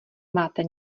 máte